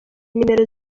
nimero